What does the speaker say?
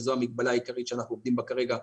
וזו המגבלה העיקרית שאנחנו מטפלים בה כרגע,